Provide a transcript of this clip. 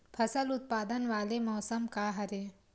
फसल उत्पादन वाले मौसम का हरे?